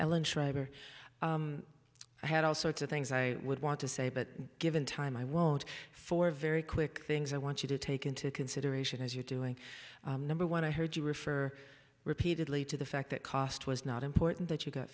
ellen shriver i had all sorts of things i would want to say but given time i won't for a very quick things i want you to take into consideration as you're doing number one i heard you refer repeatedly to the fact that cost was not important that you got